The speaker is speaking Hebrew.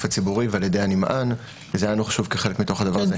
הציבורי ועל-ידי הנמען וזה היה לנו חשוב כחלק מתוך הדבר הזה.